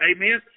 Amen